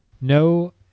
no